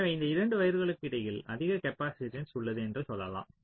எனவே இந்த 2 வயர்களுக்கு இடையில் அதிக காப்பாசிட்டன்ஸ் உள்ளது என்று சொல்லலாம்